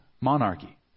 monarchy